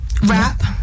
Rap